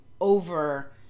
over